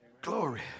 Glory